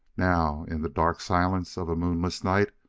now, in the dark silence of a moonless night,